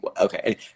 okay